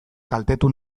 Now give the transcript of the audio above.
kaltetu